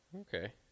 Okay